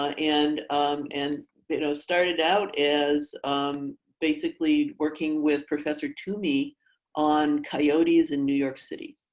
and and started out as basically working with professor toomey on coyotes in new york city.